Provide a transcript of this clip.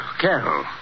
Carol